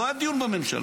לא היה דיון בממשלה,